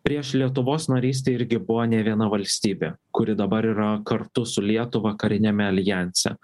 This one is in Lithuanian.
prieš lietuvos narystę irgi buvo ne viena valstybė kuri dabar yra kartu su lietuva kariniame aljanse